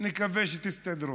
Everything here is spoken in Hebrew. נקווה שתסתדרו.